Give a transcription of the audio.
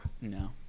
No